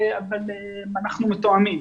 אנחנו מתואמים.